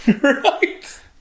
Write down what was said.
Right